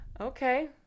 Okay